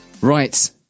Right